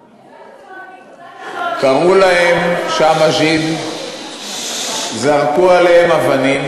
המדינות, קראו להם שם ז'יד, זרקו עליהם אבנים.